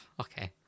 Okay